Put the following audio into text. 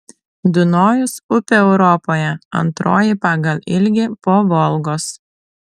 dunojus upė europoje antroji pagal ilgį po volgos